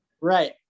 Right